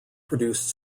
produced